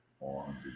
on